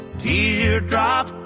teardrop